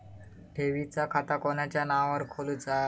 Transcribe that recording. ठेवीचा खाता कोणाच्या नावार खोलूचा?